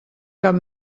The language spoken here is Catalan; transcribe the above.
cap